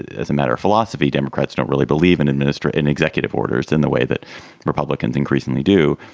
as a matter of philosophy. democrats don't really believe and administer an executive orders in the way that republicans increasingly do.